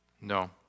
no